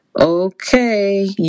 okay